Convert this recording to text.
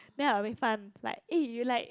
then I will make fun like eh you like